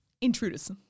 Intruders